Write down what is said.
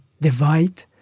divide